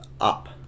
Up